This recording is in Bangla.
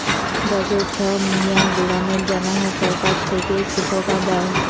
দ্যাশের ছব মিয়াঁ গুলানের জ্যনহ সরকার থ্যাকে শিখ্খা দেই